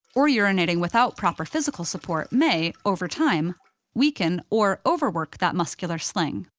or urinating without proper physical support may over time weaken or overwork that muscular sling.